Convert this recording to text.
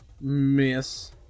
Miss